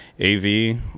AV